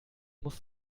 muss